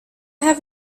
have